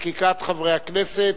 חקיקת חברי הכנסת.